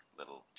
little